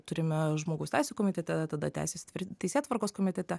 turime žmogaus teisių komitete tada teisės ir teisėtvarkos komitete